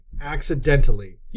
accidentally